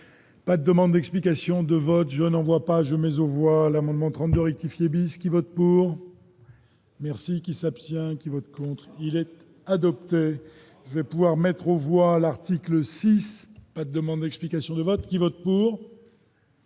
La demande explication de vote, je n'en vois pas je mais on voit l'amendement 32 rectifier bis qui vote pour. Merci qui s'abstient qui vote contre, il est adopté, je vais pouvoir mettre au voilà retraite le 6 Pack demande explication de vote qui vote pour.